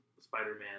Spider-Man